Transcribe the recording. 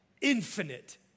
infinite